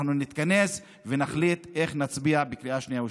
אנחנו נתכנס ונחליט איך להצביע בקריאה שנייה ושלישית.